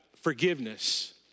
forgiveness